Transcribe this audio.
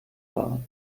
war